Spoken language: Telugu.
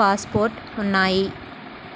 పాస్పోర్ట్ ఉన్నాయి